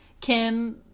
Kim